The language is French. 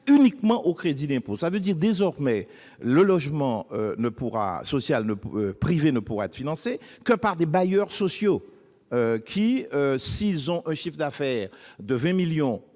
uniquement au crédit d'impôt. En d'autres termes, le logement social privé ne pourra désormais être financé que par des bailleurs sociaux qui, s'ils ont un chiffre d'affaires de 20 millions,